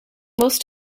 most